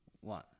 one